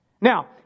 Now